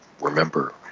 remember